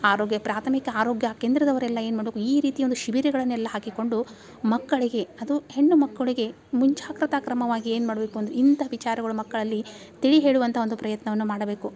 ಆರೋಗ್ಯ ಪ್ರಾಥಮಿಕ ಆರೋಗ್ಯ ಕೇಂದ್ರದವರೆಲ್ಲ ಏನು ಮಾಡಬೇಕು ಈ ರೀತಿ ಒಂದು ಶಿಬಿರಗಳನ್ನು ಎಲ್ಲ ಹಾಕಿಕೊಂಡು ಮಕ್ಕಳಿಗೆ ಅದು ಹೆಣ್ಣು ಮಕ್ಕಳಿಗೆ ಮುಂಜಾಗ್ರತಾ ಕ್ರಮವಾಗಿ ಏನು ಮಾಡಬೇಕು ಇಂಥ ವಿಚಾರಗಳು ಮಕ್ಕಳಲ್ಲಿ ತಿಳಿ ಹೇಳುವಂಥ ಒಂದು ಪ್ರಯತ್ನವನ್ನು ಮಾಡಬೇಕು